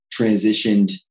transitioned